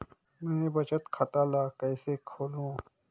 मैं बचत खाता ल किसे खोलूं?